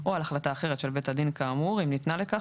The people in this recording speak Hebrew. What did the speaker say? או על החלטה אחרת של בית דין כאמור אם ניתנה לכך